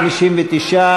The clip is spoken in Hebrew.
59,